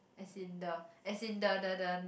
as in the as in the the the